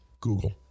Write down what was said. Google